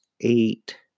eight